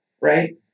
right